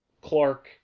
Clark